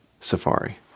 Safari